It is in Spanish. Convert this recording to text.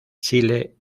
chile